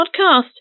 podcast